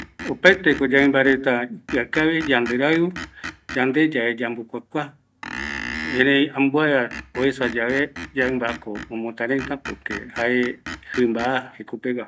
Opaeteko yaɨmba reta ipɨakavi, yanderɨiu, yande yave yambokuakua, erei ambuava oesa yave, yaɨmba ko omotareɨta, esa jaeako ombokuakua